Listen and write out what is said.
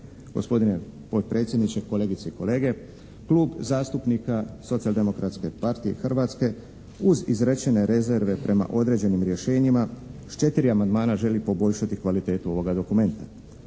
Gospodine potpredsjedniče, kolegice i kolege, Klub zastupnika Socijaldemokratske partije Hrvatske uz izrečene rezerve prema određenim rješenjima s 4 amandmana želi poboljšati kvalitetu ovoga dokumenta.